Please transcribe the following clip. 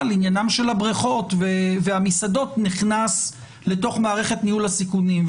עניין הבריכות והמסעדות נכנס למערכת ניהול הסיכונים,